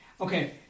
Okay